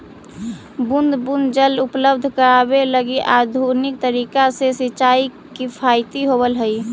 बूंद बूंद जल उपलब्ध करावे लगी आधुनिक तरीका से सिंचाई किफायती होवऽ हइ